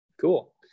Cool